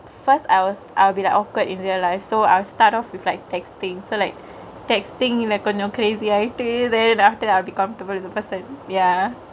first I was I'll be like awkward in their life so I'll start off with like textingk so like textingk ல கொஞ்சொ:le konjo crazy ஆயிட்டு:aayittu then after that I'll be comfortable with the person ya